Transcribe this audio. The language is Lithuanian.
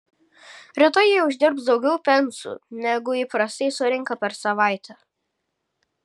rytoj jie uždirbs daugiau pensų negu įprastai surenka per savaitę